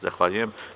Zahvaljujem.